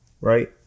Right